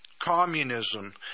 communism